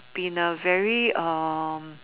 been a very um